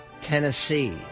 Tennessee